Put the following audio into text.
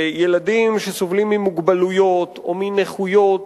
וילדים שסובלים ממוגבלויות או מנכויות